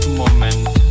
moment